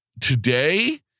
today